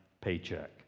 paycheck